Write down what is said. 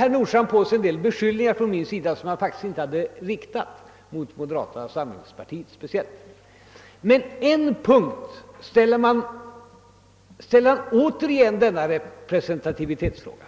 herr Nordstrandh på sig en del beskyllningar, som jag faktiskt inte har riktat speciellt mot moderata samlingspartiet. Men på en punkt drogs åter representativitetsfrågan upp.